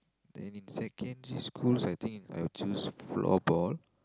then in secondary school I think I choose floor ball